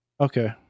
okay